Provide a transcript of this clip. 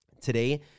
today